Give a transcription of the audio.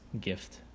gift